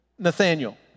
Nathaniel